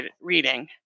reading